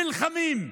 נלחמים,